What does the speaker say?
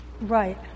Right